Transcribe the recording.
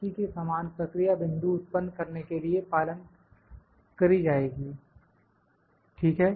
इसी के समान प्रक्रिया बिंदु उत्पन्न करने के लिए पालन करी जाएगी ठीक है